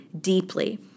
deeply